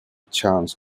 chance